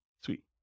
Sweet